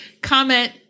comment